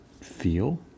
feel